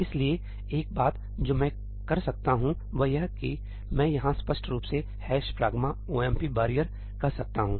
इसलिए एक बात जो मैं कर सकता हूं वह यह है कि मैं यहां स्पष्ट रूप से 'hash pragma omp barrier' कह सकता हूं